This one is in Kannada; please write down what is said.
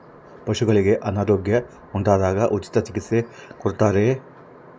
ಪಶುಗಳಿಗೆ ಅನಾರೋಗ್ಯ ಉಂಟಾದಾಗ ಉಚಿತ ಚಿಕಿತ್ಸೆ ಕೊಡುತ್ತಾರೆಯೇ?